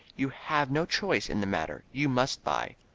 you have no choice in the matter, you must buy.